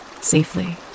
safely